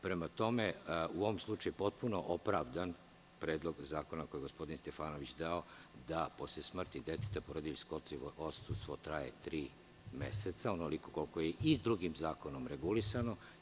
Prema tome, u ovom slučaju je potpuno opravdan Predlog zakona koji je gospodin Stefanović dao, da posle smrti deteta porodiljsko odsustvo traje tri meseca, onoliko koliko je i drugim zakonom regulisano.